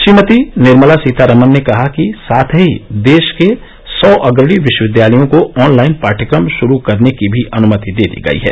श्रीमती निर्मला सीतारामन ने कहा कि साथ ही देश के सौ अग्रणी विश्वविद्यालयों को ऑनलाईन पाढ़यक्रम श्रू करने की भी अनुमति दे दी गई है